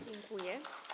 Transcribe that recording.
Dziękuję.